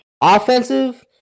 Offensive